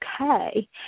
okay